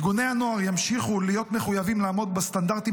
ארגוני הנוער ימשיכו להיות מחויבים לעמוד בסטנדרטים